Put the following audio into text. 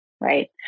right